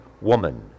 woman